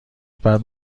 بعد